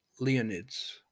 Leonids